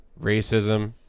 Racism